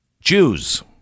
Jews